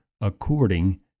according